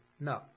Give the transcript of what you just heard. No